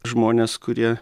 žmonės kurie